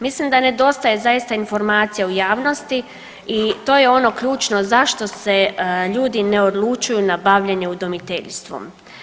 Mislim da nedostaje zaista informacija u javnosti i to je ono ključno zašto se ne odlučuju na bavljenje udomiteljstvom.